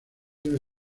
debe